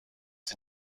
sie